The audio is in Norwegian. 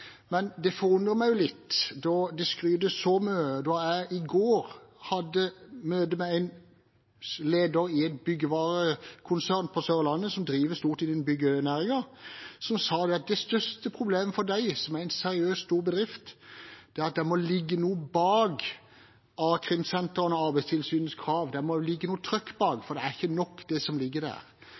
men det forundrer meg litt at det skrytes så mye, siden jeg i går hadde møte med en leder i et byggevarekonsern på Sørlandet som driver stort innen byggenæringen. Han sa at det største problemet for dem, som er en seriøs og stor bedrift, er at det må ligge noe trøkk bak – a-krimsenter og krav fra Arbeidstilsynet – for det er ikke nok, det som ligger der.